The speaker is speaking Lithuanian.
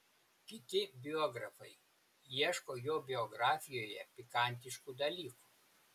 kiti biografai ieško jo biografijoje pikantiškų dalykų